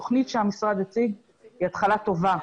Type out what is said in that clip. התוכנית שהמשרד הציג היא התחלה טובה.